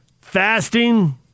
fasting